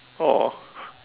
!aww!